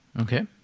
Okay